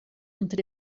unter